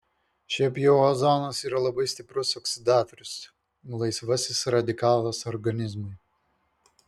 šiaip jau ozonas yra labai stiprus oksidatorius laisvasis radikalas organizmui